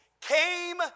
came